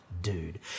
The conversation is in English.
Dude